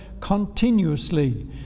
continuously